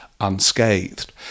unscathed